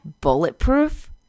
Bulletproof